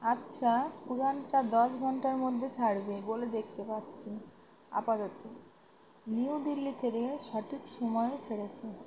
আচ্ছা উড়ানটা দশ ঘণ্টার মধ্যে ছাড়বে বলে দেখতে পাচ্ছি আপাতত নিউ দিল্লি থেকে সঠিক সময়ে ছেড়েছে